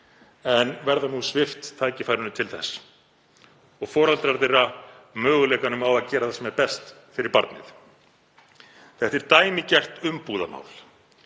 en verða nú svipt tækifærinu til þess og foreldrar þeirra möguleikanum á að gera það sem er best fyrir barnið. Þetta er dæmigert umbúðamál,